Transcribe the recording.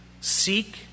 Seek